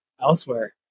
elsewhere